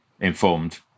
informed